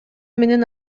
менен